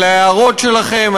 על ההערות שלכם,